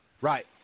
Right